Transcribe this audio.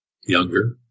younger